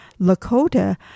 Lakota